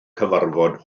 cyfarfod